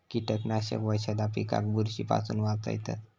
कीटकनाशक वशधा पिकाक बुरशी पासून वाचयतत